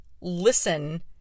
listen